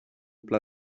pla